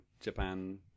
Japan